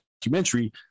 documentary